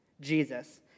Jesus